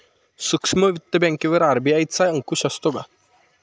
सूक्ष्म वित्त बँकेवर आर.बी.आय चा अंकुश असतो का?